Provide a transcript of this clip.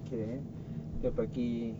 okay kita pergi